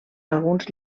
alguns